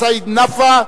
סעיד נפאע,